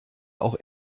auch